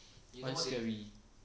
why scary